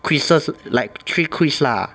quizzes like three quiz lah